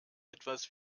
etwas